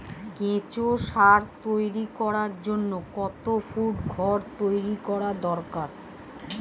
কেঁচো সার তৈরি করার জন্য কত ফুট ঘর তৈরি করা দরকার?